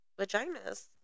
vaginas